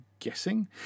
guessing